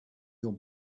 your